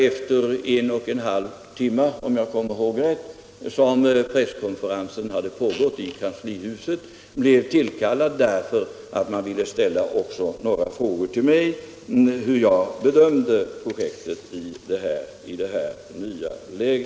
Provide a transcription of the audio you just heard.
Efter en och en halv timma - om jag kommer ihåg det riktigt — blev jag tillkallad därför att man ville ställa några frågor till mig om hur jag bedömde projektet i detta nya läge.